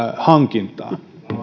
hankintaa